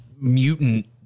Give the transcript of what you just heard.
mutant